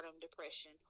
depression